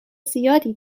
زیادی